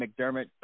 McDermott